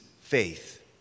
faith